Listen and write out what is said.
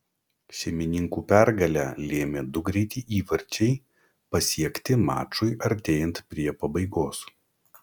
šeimininkų pergalę lėmė du greiti įvarčiai pasiekti mačui artėjant prie pabaigos